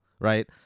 right